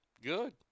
Good